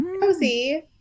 cozy